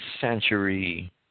century